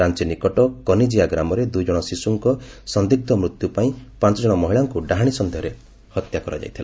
ରାଞ୍ଚ ନିକଟ କବିଜିଆ ଗ୍ରାମରେ ଦୁଇଜଣ ଶିଶୁଙ୍କ ସନ୍ଦିଗ୍ଧ ମୃତ୍ୟୁ ପାଇଁ ପାଞ୍ଚଜଣ ମହିଳାଙ୍କୁ ଡାହାଣୀ ସନ୍ଦେହରେ ହତ୍ୟା କରାଯାଇଥିଲା